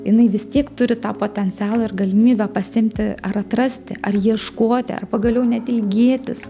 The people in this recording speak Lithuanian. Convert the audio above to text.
jinai vis tiek turi tą potencialą ir galimybę pasiimti ar atrasti ar ieškoti ar pagaliau net ilgėtis